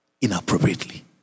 inappropriately